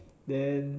then